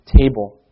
table